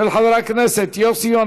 של חבר הכנסת יוסי יונה,